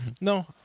No